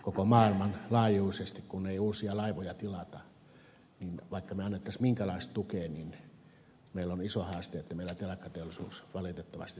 koko maailman laajuisesti kun ei uusia laivoja tilata vaikka me antaisimme minkälaista tukea niin meillä on valitettavasti iso haaste että meillä telakkateollisuus suomessa säilyy